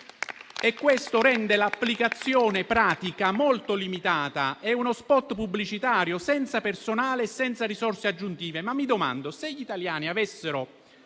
Ciò rende l'applicazione pratica della misura molto limitata: è uno spot pubblicitario senza personale e senza risorse aggiuntive.